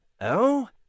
Oh